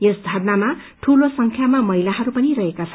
यस धरनामा ठूलो संख्यामा महिलाहरू पनि रहेका छन्